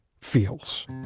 feels